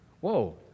whoa